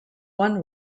one